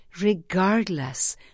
Regardless